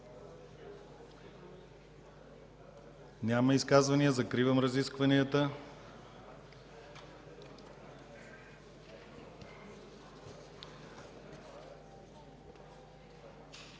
Няма изказвания. Закривам разискванията.